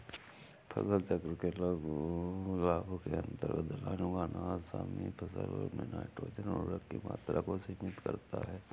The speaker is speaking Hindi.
फसल चक्र के लाभ के अंतर्गत दलहन उगाना आगामी फसल में नाइट्रोजन उर्वरक की मात्रा को सीमित करता है